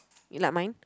you like mine